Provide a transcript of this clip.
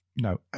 No